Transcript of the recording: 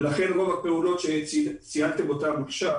לכן רוב הפעולות שציינתם כאן עכשיו